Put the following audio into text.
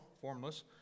formless